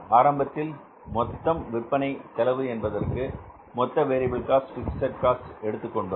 ஆரம்பத்தில் மொத்தம் விற்பனை செலவு என்பதற்கு மொத்தவேரியபில் காஸ்ட் பிக்ஸட் காஸ்ட் எடுத்துக்கொண்டோம்